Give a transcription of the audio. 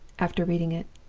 after reading it.